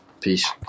Peace